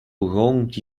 wronged